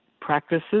practices